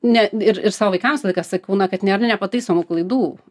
ne ir ir savo vaikams laiką sakau na kad nėra nepataisomų klaidų